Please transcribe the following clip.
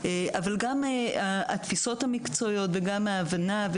אבל גם התפיסות המקצועיות וגם ההבנה.